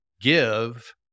give